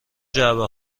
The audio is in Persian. جعبه